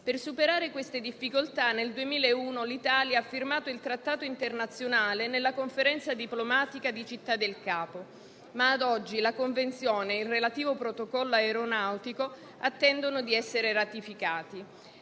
Per superare le suddette difficoltà, nel 2001 l'Italia ha firmato il Trattato internazionale nella conferenza diplomatica di Città del Capo, ma ad oggi la Convenzione e il relativo Protocollo aeronautico attendono di essere ratificati.